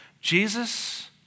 Jesus